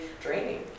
draining